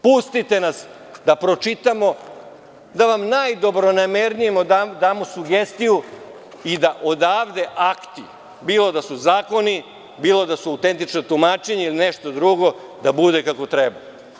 Pustite nas da pročitamo, da vam najdobronamernije damo sugestiju i da odavde akti, bilo da su zakoni, bilo da su autentična tumačenja ili nešto drugo, da bude kako treba.